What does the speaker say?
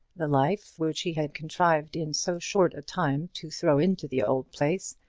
the life which he had contrived in so short a time to throw into the old place,